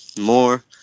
more